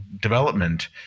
development